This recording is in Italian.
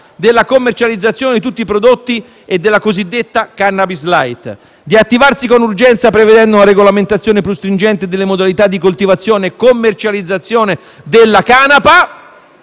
della commercializzazione di tutti i prodotti e della cosiddetta *cannabis* *light*; ad attivarsi con urgenza prevedendo una regolamentazione più stringente delle modalità di coltivazione e commercializzazione della canapa;